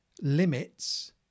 Limits